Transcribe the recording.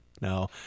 No